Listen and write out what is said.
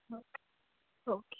okay okay